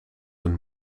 een